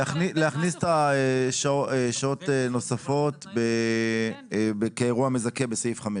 להכניס את השעות הנוספות כאירוע מזכה בסעיף 5